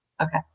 Okay